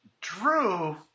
Drew